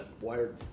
wired